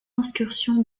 incursions